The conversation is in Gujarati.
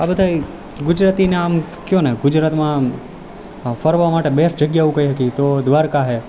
આ બધાય ગુજરાતીના આમ કહો ને ગુજરાતમાં આમ ફરવા માટે બેસ્ટ જગ્યાઓ કહી શકીએ તો દ્વારકા છે